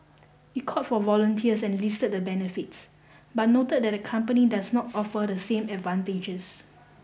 it called for volunteers and listed the benefits but noted that the company does not offer the same advantages